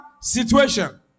situation